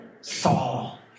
Saul